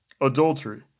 adultery